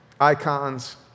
Icons